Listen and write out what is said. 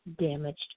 Damaged